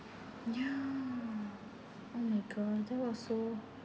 ya oh my god that was so